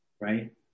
right